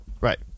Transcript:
Right